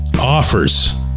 offers